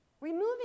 Removing